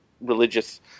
religious